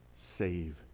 Save